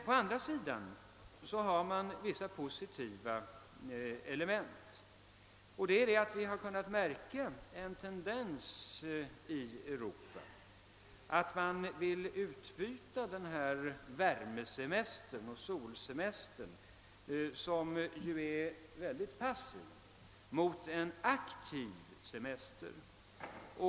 Å andra sidan finns det vissa positiva element. Vi har kunnat märka en tendens i Europa att vilja byta ut värmeoch solsemestern, som är mycket passiv, mot en aktiv semester.